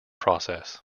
process